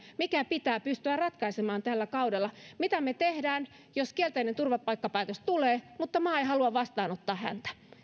mikä pitää pystyä ratkaisemaan tällä kaudella mitä me teemme jos kielteinen turvapaikkapäätös tulee mutta maa ei halua vastaanottaa häntä